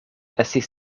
estis